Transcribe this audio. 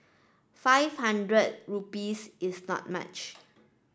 five hundred rupees is not much